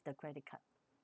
the credit card